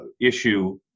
issue